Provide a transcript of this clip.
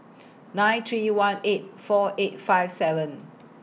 nine three one eight four eight five seven